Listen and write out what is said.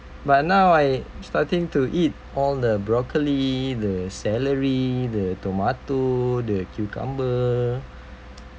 but now I starting to eat all the broccoli the celery the tomato the cucumber